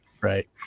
right